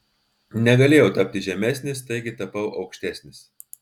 negalėjau tapti žemesnis taigi tapau aukštesnis